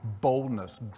boldness